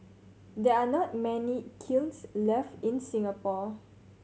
there're not many kilns left in Singapore